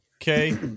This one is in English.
Okay